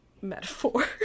metaphor